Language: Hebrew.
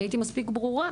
אני הייתי מספיק ברורה.